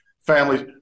families